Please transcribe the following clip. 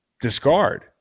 discard